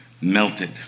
melted